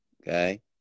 okay